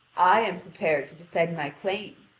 i am prepared to defend my claim.